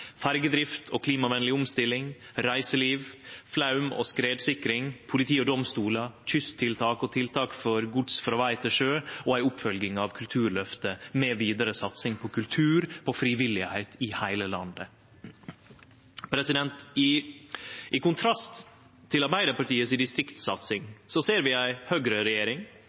og klimavenleg omstilling, reiseliv, flaum- og skredsikring, politi og domstolar, kysttiltak og tiltak for gods frå veg til sjø og ei oppfølging av Kulturløftet med vidare satsing på kultur og frivilligheit i heile landet. I kontrast til Arbeidarpartiet si distriktssatsing ser vi ei